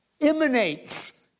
emanates